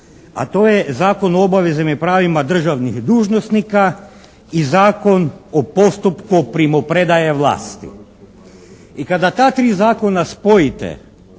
A to je Zakon o obavezama i pravima državnih dužnosnika i Zakon o postupku primopredaje vlasti. I kada ta 3 zakona spojite